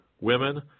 women